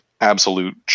absolute